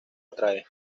atrae